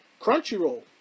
Crunchyroll